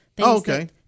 okay